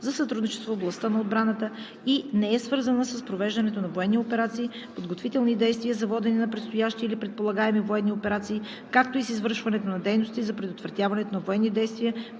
за сътрудничество в областта на отбраната“ и не е свързана с провеждането на военни операции, подготвителни действия за водене на предстоящи или предполагаеми военни операции, както и с извършването на дейности за предотвратяването на военни действия,